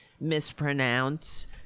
mispronounce